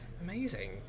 Amazing